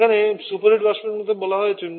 এখানে আমরা সুপারহিট বাষ্প সম্পর্কে কথা বলছি